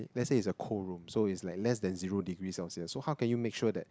let's say it's a cold room so it's like less then zero degree Celsius so how can you make sure that